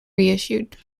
reissued